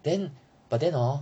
then but then hor